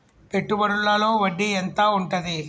పెట్టుబడుల లో వడ్డీ ఎంత ఉంటది?